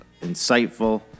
insightful